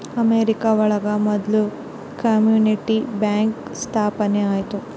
America ಒಳಗ ಮೊದ್ಲು community bank ಸ್ಥಾಪನೆ ಆಯ್ತು